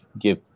give